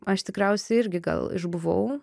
aš tikriausiai irgi gal išbuvau